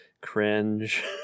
cringe